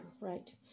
right